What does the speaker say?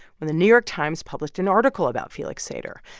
when the new york times published an article about felix sater.